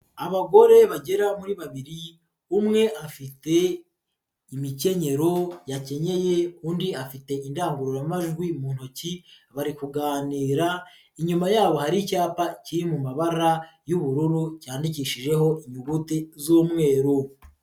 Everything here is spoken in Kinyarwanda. Abagore bagera muri babiri umwe afite imikenyero yakenyeye undi afite indangururamajwi mu ntoki, bari kuganira inyuma yabo hari icyapa kiri mu mabara y'ubururu cyandikishijeho inyuguti z'umweru.